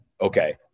okay